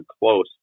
close